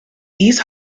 east